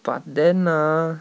but then ah